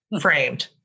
framed